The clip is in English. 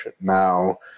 Now